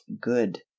good